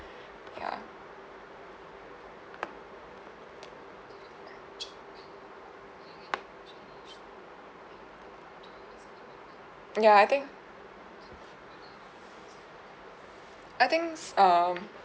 ya ya I think I think it's um